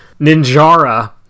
Ninjara